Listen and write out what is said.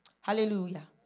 Hallelujah